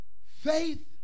Faith